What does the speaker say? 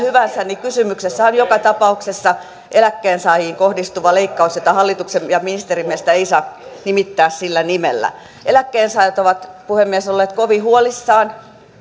hyvänsä niin kysymyksessä on joka tapauksessa eläkkeensaajiin kohdistuva leikkaus jota hallituksen ja ministerin mielestä ei saa nimittää sillä nimellä eläkkeensaajat ovat puhemies olleet kovin huolissaan